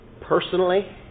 personally